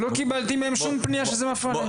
לא קיבלתי מהם שום פנייה שזה מפריע להם.